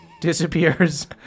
disappears